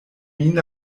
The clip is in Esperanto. min